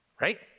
right